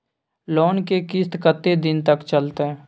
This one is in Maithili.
लोन के किस्त कत्ते दिन तक चलते?